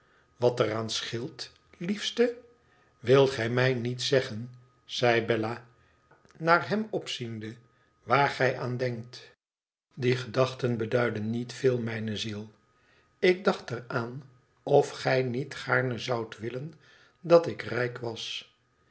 wat er aan scheelt liefste wilt gij mij niet zeggen zei bella naar hem opziende waar gij aan denkt die gedachten beduiden niet veel mijne ziel ik dacht er aan of gij niet gaarne zoudt willen dat ik rijk was